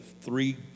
three